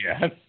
Yes